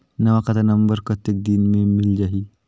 नवा खाता नंबर कतेक दिन मे मिल जाही?